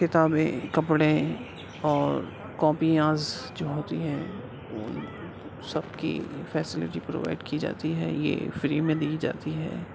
کتابیں کپڑے اور کاپیانز جو ہوتی ہیں وہ سب کی فیسیلیٹی پروائڈ کی جاتی ہے یہ فری میں دی جاتی ہے